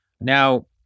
Now